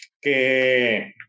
que